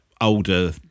older